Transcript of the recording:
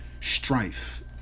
strife